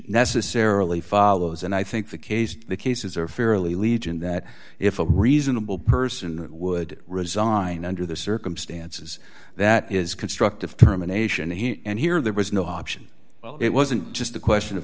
necessarily follows and i think the case the cases are fairly legion that if a reasonable person would resign under the circumstances that is constructive terminations and here there was no option well it wasn't just a question of